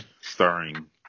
starring